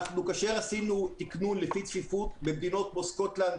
עשינו תיקנון לפי צפיפות במדינות כמו סקוטלנד,